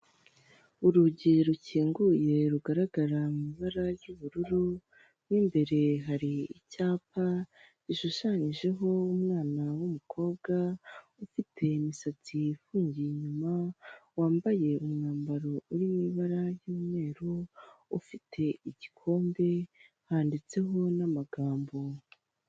Urugi rukinguye rugaragara mu ibara ry'ubururu, mu imbere hari icyapa gishushanyijeho umwana w'umukobwa ufite imisatsi ifungiye inyuma, wambaye umwambaro uri mu ibara ry'umweru, ufite igikombe handitseho n'amagambo.